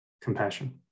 compassion